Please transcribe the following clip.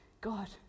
God